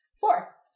Four